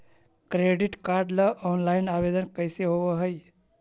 Credit card ल online आवेदन कैसे होब है?